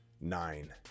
nine